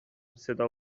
صدا